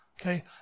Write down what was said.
okay